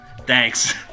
Thanks